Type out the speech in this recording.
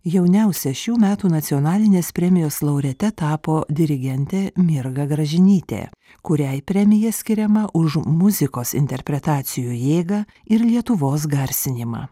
jauniausia šių metų nacionalinės premijos laureate tapo dirigentė mirga gražinytė kuriai premija skiriama už muzikos interpretacijų jėgą ir lietuvos garsinimą